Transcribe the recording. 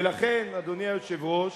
ולכן, אדוני היושב-ראש,